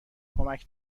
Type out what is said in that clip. کمک